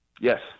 Yes